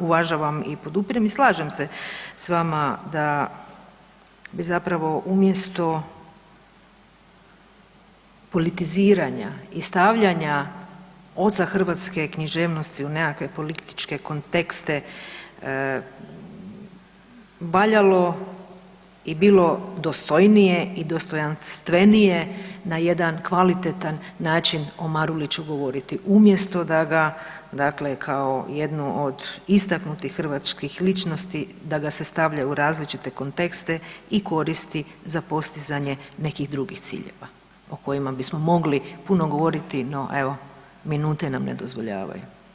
uvažavam i podupirem i slažem se s vama da bi zapravo umjesto politiziranja i stavljanja oca hrvatske književnosti u nekakve političke kontekste valjalo i bilo dostojnije i dostojanstvenije na jedan kvalitetan način o Maruliću govoriti umjesto da ga dakle kao jednu od istaknutih hrvatskih ličnosti da ga se stavlja u različite kontekste i koristi za postizanje nekih drugih ciljeva o kojima bismo mogli puno govoriti, no evo minute nam ne dozvoljavaju.